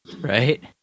Right